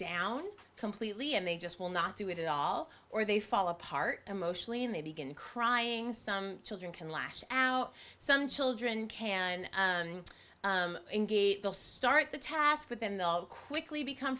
down completely and they just will not do it at all or they fall apart emotionally and they begin crying some children can lash out some children can engage they'll start the task with them they'll quickly become